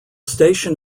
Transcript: station